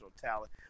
talent